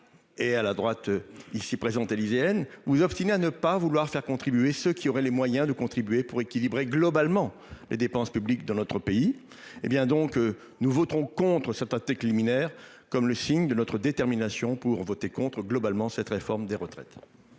Et à la droite. Il s'y présente élyséenne vous obstiner à ne pas vouloir faire contribuer qui auraient les moyens de contribuer pour équilibrer globalement les dépenses publiques dans notre pays. Eh bien donc nous voterons contre certains pratique liminaire comme le signe de notre détermination pour voter contre, globalement, cette réforme des retraites.